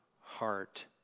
heart